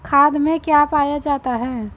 खाद में क्या पाया जाता है?